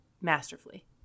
masterfully